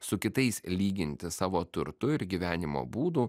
su kitais lygintis savo turtu ir gyvenimo būdu